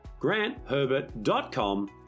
grantherbert.com